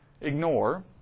ignore